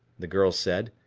the girl said.